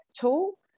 tool